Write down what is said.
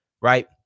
right